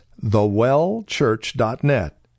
thewellchurch.net